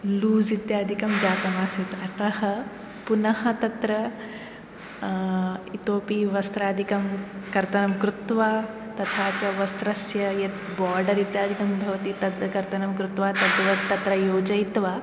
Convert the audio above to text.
loose इत्यादिकं जातमासीत् अतः पुनः तत्र इतोऽपि वस्त्रादिकं कर्तनं कृत्वा तथा च वस्त्रस्य यत् बार्डर इत्यादिकं भवति तत् कर्तनं कृत्वा तद्वत् तत्र योजयित्वा